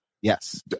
Yes